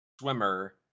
swimmer